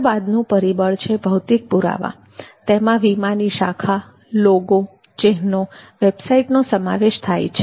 ત્યાર બાદનું પરિબળ છે ભૌતિક પુરાવા તેમાં વીમાની શાખા લોગો ચિહ્નનો વેબસાઇટનો સમાવેશ થાય છે